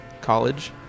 college